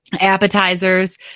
appetizers